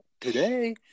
today